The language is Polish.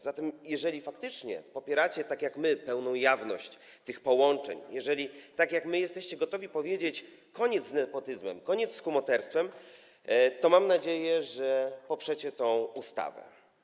Zatem jeżeli faktycznie popieracie tak jak my pełną jawność tych połączeń, jeżeli tak jak my jesteście gotowi powiedzieć: koniec z nepotyzmem, koniec z kumoterstwem, to mam nadzieję, że poprzecie tę ustawę.